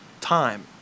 time